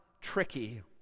tricky